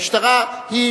המשטרה היא,